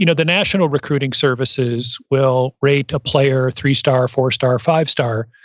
you know the national recruiting services will rate a player three-star, four-star, five-star,